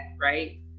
right